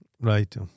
Right